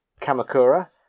Kamakura